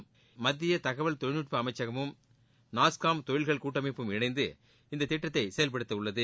திட்டம் மத்திய தகவல் தொழில்நுட்ப அமைச்சகமும் நாஸ்காம் தொழில்கள் கூட்டமைப்பும் இந்த இணைந்து இந்த திட்டத்தை செயல்படுத்தவுள்ளது